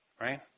right